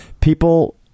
people